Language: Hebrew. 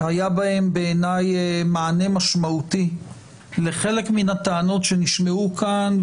היה בהם בעיניי מענה משמעותי לחלק מן הטענות שנשמעו כאן,